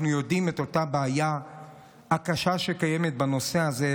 אנחנו מכירים את הבעיה הקשה שקיימת בנושא הזה,